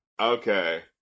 Okay